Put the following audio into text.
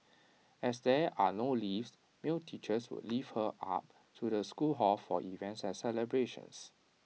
as there are no lifts male teachers would lift her up to the school hall for events and celebrations